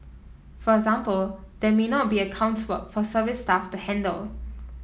for example there may not be accounts work for service staff to handle